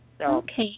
Okay